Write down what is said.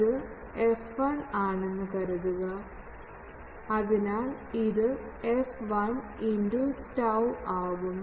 ഇത് f1 ആണെന്ന് കരുതുക അതിനാൽ ഇത് f1 into tau ആകും